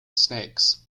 snakes